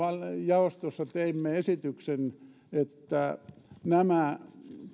jaostossa teimme esityksen että